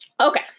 Okay